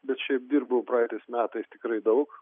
bet šiaip dirbau praeitais metais tikrai daug